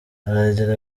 aragira